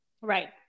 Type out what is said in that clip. right